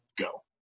go